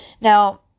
Now